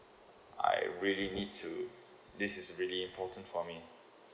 I really need to this is very important for me